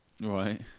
Right